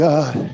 God